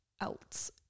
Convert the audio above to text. else